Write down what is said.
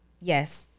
Yes